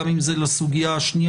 גם אם זה לסוגיה השנייה.